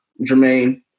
Jermaine